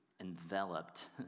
enveloped